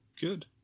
good